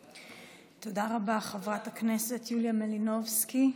תודה רבה, חברת הכנסת יוליה מלינובסקי.